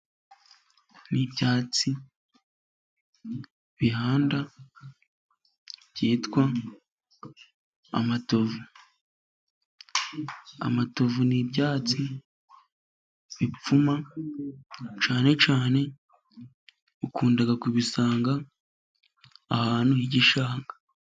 N'ibyatsi bihanda byitwa amatovu .Amatovu n'ibyatsi bipfuma cyane cyane ukunda kubisanga ahantu h'igishanga.